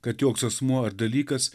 kad joks asmuo ar dalykas